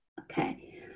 okay